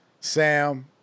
Sam